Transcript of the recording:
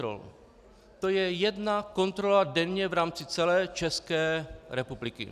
To je jedna kontrola denně v rámci celé České republiky.